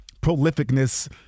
prolificness